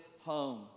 home